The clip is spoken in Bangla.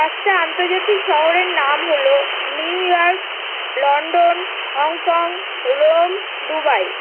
পাঁচটা আন্তর্জাতিক শহরের নাম হলো New York London Hong Kong Rome Dubai